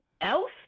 else